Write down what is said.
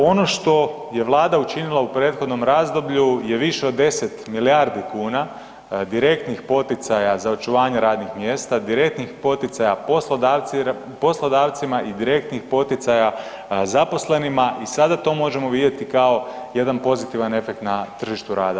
Ono što je Vlada učinila u prethodnom razdoblju je više od 10 milijardi kuna direktnih poticaja za očuvanje radnih mjesta, direktnih poticaja poslodavcima i direktnih poticaja zaposlenima i sada to možemo vidjeti kao jedan pozitivan efekt na tržištu rada.